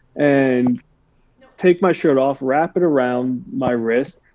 and take my shirt off, wrap it around my wrist.